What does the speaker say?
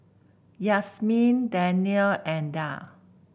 Yasmin Danial and Dhia